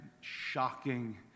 shocking